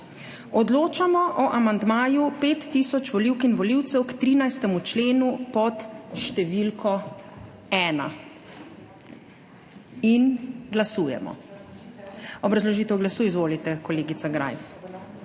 Odločamo o amandmaju pet tisoč volivk in volivcev k 13. členu pod št. 1. Glasujemo. Obrazložitev glasu, izvolite, kolegica Greif.